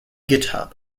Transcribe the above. github